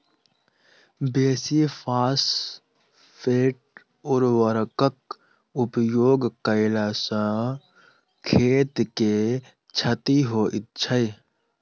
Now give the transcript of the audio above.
बेसी फास्फेट उर्वरकक उपयोग कयला सॅ खेत के क्षति होइत छै